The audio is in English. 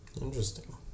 interesting